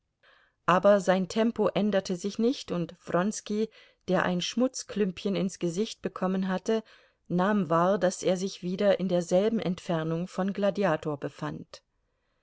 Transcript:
aber sein tempo änderte sich nicht und wronski der ein schmutzklümpchen ins gesicht bekommen hatte nahm wahr daß er sich wieder in derselben entfernung von gladiator befand